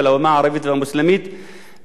דרך הדוח הזה